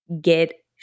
get